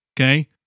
okay